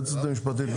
והיועצת המשפטית,